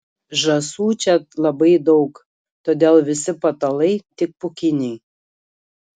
žąsų čia labai daug todėl visi patalai tik pūkiniai